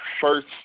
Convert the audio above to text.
first